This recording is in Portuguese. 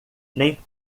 nem